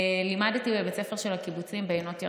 לימדתי בבית ספר של הקיבוצים בעינות ירדן,